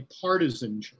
partisan